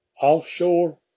Offshore